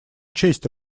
честь